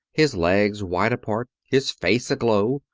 his legs wide apart, his face aglow,